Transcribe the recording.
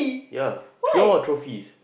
ya pure trophies